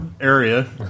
area